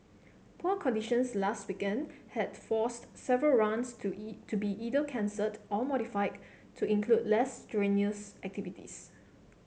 poor conditions last weekend had forced several runs to to be either cancelled or modified to include less strenuous activities